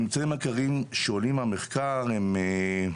הממצאים הכלליים שעולים מהמחקר הם כי